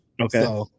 Okay